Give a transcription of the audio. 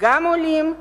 גם בעולים,